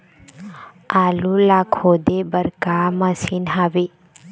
आलू ला खोदे बर का मशीन हावे?